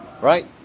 right